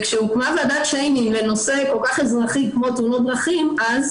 כשהוקמה ועדת שיינין לנושא כל כך אזרחי כמו תאונות דרכים אז,